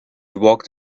walked